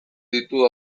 ditu